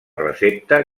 recepta